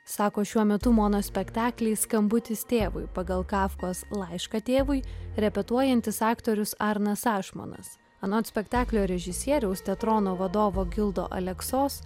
sako šiuo metu monospektaklį skambutis tėvui pagal kafkos laišką tėvui repetuojantis aktorius arnas ašmonas anot spektaklio režisieriaus teatrono vadovo gildo aleksos